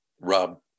Rob